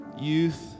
Youth